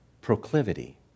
proclivity